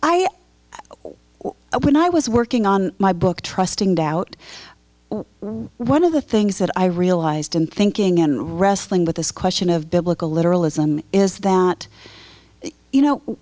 i when i was working on my book trusting doubt one of the things that i realized in thinking and wrestling with this question of biblical literalism is that you know